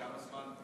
כמה זמן?